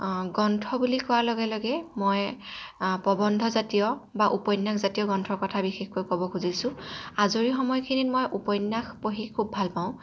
গ্ৰন্থ বুলি কোৱাৰ লগে লগে মই প্ৰৱন্ধজাতীয় বা উপন্যাসজাতীয় গ্ৰন্থৰ কথা বিশেষকৈ ক'ব খুজিছোঁ আজৰি সময়খিনিত মই উপন্যাস পঢ়ি খুব ভাল পাওঁ